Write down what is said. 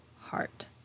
heart